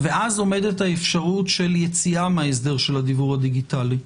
ואז עומדת האפשרות של יציאה מההסדר של הדיוור הדיגיטלי.